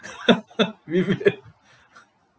vivian